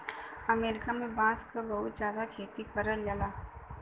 अमरीका में बांस क बहुत जादा खेती करल जाला